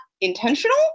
intentional